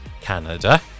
Canada